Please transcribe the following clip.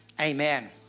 Amen